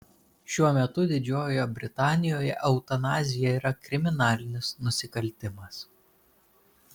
šiuo metu didžiojoje britanijoje eutanazija yra kriminalinis nusikaltimas